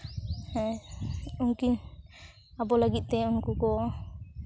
ᱩᱱᱠᱤᱱ ᱟᱵᱚ ᱞᱟᱹᱜᱤᱫ ᱛᱮ ᱩᱱᱠᱩ ᱠᱚ